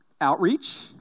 outreach